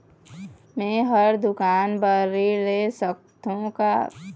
मैं हर दुकान बर ऋण ले सकथों का?